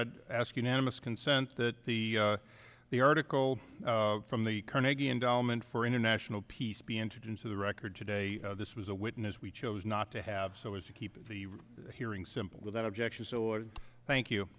i'd ask unanimous consent that the the article from the carnegie endowment for international peace be entered into the record today this was a witness we chose not to have so as to keep the hearing simple without objection thank you